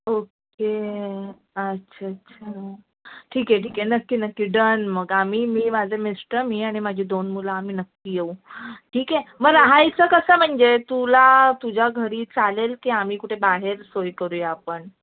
okay अच्छा अच्छा ठीक आहे ठीक आहे नक्की नक्की डन मग आम्ही मी माझे मिस्टर मी आणि माझी दोन मुलं आम्ही नक्की येऊ ठीक आहे मग राहायचं कसं म्हणजे तुला तुझ्या घरी चालेल की आम्ही कुठे बाहेर सोय करूया आपण